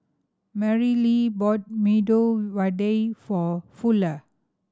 Marylee bought Medu Vada for Fuller